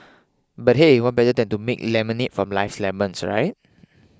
but hey what better than to make lemonade from life's lemons right